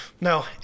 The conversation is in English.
no